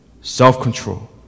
Self-control